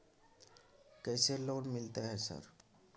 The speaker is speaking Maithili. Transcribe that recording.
कैसे लोन मिलते है सर?